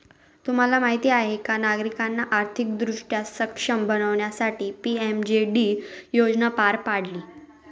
तुम्हाला माहीत आहे का नागरिकांना आर्थिकदृष्ट्या सक्षम बनवण्यासाठी पी.एम.जे.डी योजना पार पाडली